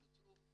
הן בוצעו,